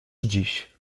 dziś